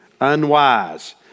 unwise